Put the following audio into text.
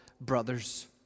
brothers